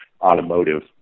automotive